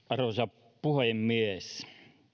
arvoisa puhemies